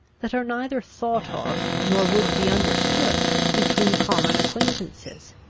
that are neither thought of, nor would be understood, between common acquaintances.